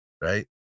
right